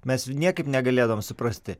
mes jų niekaip negalėdavom suprasti